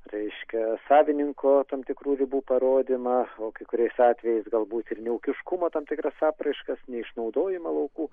reiškia savininko tam tikrų ribų parodymą o kai kuriais atvejais galbūt ir neūkiškumą tam tikras apraiškas neišnaudojimą laukų